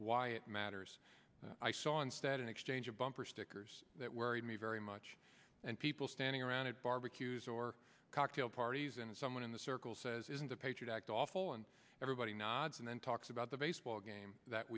why it matters i saw instead an exchange of bumper stickers that worried me very much and people standing around at barbecues or cocktail parties and someone in the circle says isn't a patriot act awful and everybody nods and then talks about the baseball game that